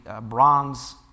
bronze